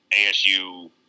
ASU